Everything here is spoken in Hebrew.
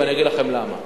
ואני אגיד לכם למה.